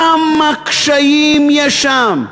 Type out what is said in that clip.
כמה קשיים יש שם.